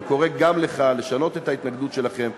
אני קורא גם לך לשנות את ההתנגדות שלכם,